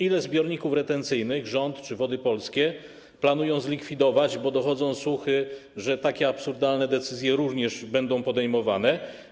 Ile zbiorników retencyjnych rząd czy Wody Polskie planują zlikwidować, bo dochodzą słuchy, że takie absurdalne decyzje będą podejmowane?